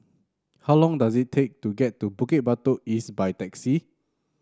how long does it take to get to Bukit Batok East by taxi